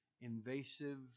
invasive